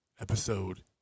Episode